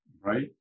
Right